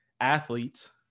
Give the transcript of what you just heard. athletes